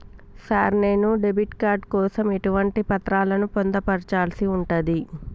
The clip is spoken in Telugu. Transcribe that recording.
సార్ నేను డెబిట్ కార్డు కోసం ఎటువంటి పత్రాలను పొందుపర్చాల్సి ఉంటది?